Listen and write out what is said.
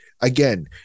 again